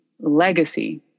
legacy